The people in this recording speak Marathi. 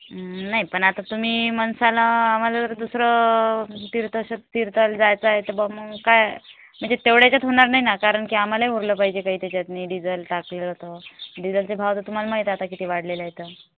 नाही पण आता तुम्ही म्हणसाल आम्हाला दुसरं तीर्थास तीर्थाला जायचं आहे बा मग काय तेवढ्या याच्यात होणार नाही ना कारण की आम्हालाही उरलं पाहिजे त्यात काही त्याच्यात नि डिझेल टाकलं तर डिझेलचे भाव तर तुम्हाला माहिती आहे केवढे वाढलेले आहे ते